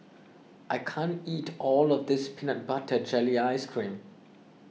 I can't eat all of this Peanut Butter Jelly Ice Cream